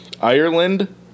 Ireland